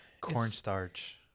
cornstarch